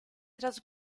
tras